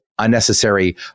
unnecessary